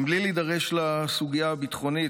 מבלי להידרש לסוגיה הביטחונית,